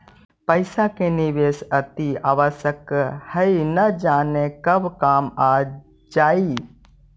पइसा के निवेश अतिआवश्यक हइ, न जाने कब काम आ जाइ